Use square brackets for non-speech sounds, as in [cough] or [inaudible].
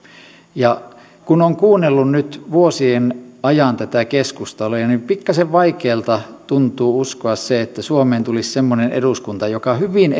kun olen kuunnellut nyt vuosien ajan tätä keskustelua niin pikkuisen vaikealta tuntuu uskoa että suomeen tulisi semmoinen eduskunta joka hyvin [unintelligible]